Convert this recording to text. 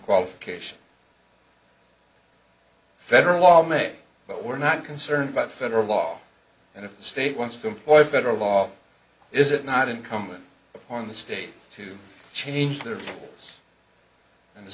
qualification federal law may but we're not concerned about federal law and if the state wants to employ federal law is it not incumbent upon the state to change their ways and